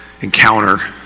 encounter